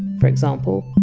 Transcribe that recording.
for example,